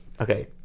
okay